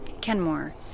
Kenmore